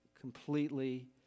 completely